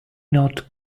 not